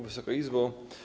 Wysoka Izbo!